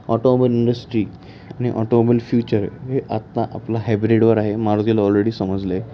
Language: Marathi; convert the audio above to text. ऑटोमोबईल इंडस्ट्री आणि ऑटोमोबईल फ्युचर हे आता आपला हायब्रिडवर आहे मारुतीला ऑलरेडी समजलं आहे